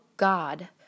God